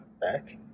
back